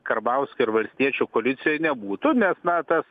karbauskio ir valstiečių koalicijoj nebūtų nes na tas